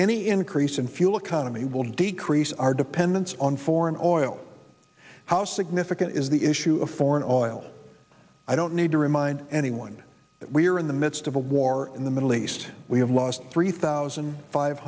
any increase in fuel economy will decrease our dependence on foreign oil how significant is the issue of foreign oil i don't need to remind anyone that we are in the midst of a war in the middle east we have lost three thousand five